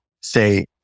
say